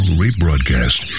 rebroadcast